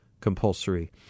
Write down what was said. compulsory